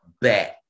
back